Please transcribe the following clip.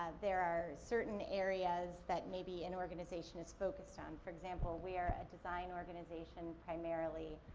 ah there are certain areas that maybe an organization is focused on. for example, we are a design organization, primarily.